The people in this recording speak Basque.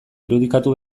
irudikatu